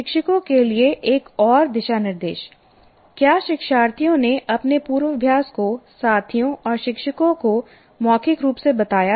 शिक्षकों के लिए एक और दिशानिर्देश क्या शिक्षार्थियों ने अपने पूर्वाभ्यास को साथियों और शिक्षकों को मौखिक रूप से बताया है